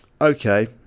okay